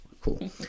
Cool